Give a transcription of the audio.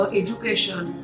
education